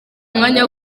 umwanya